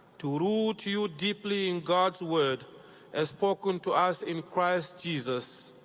to root to you deeply in god's word as spoken to us in christ jesus,